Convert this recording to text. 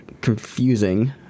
confusing